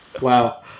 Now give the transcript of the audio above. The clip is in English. Wow